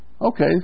Okay